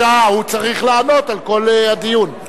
הוא צריך לענות על כל הדיון.